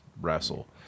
wrestle